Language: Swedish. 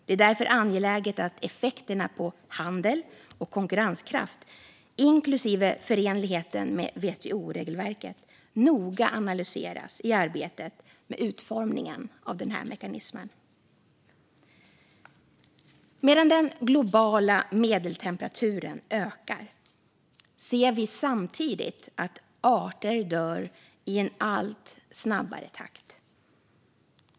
Det är därför angeläget att effekterna på handel och konkurrenskraft, inklusive förenligheten med WTO-regelverket, noga analyseras i arbetet med utformningen av denna mekanism. Samtidigt som den globala medeltemperaturen ökar ser vi att arter dör i en allt snabbare takt.